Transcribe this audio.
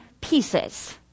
pieces